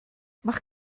mach